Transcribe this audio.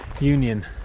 union